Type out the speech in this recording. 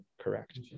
Correct